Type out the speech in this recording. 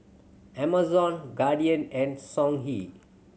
Amazon Guardian and Songhe